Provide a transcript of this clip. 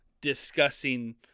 discussing